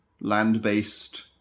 land-based